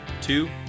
two